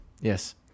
Yes